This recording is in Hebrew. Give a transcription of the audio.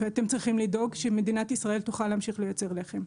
ואתם צריכים לדאוג שמדינת ישראל תוכל להמשיך לייצר לחם.